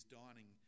dining